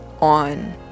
on